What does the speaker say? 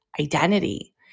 identity